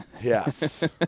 Yes